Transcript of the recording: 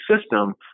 system